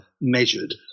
measured